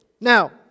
Now